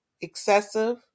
excessive